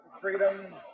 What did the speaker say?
freedom